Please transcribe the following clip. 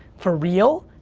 for real,